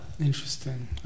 Interesting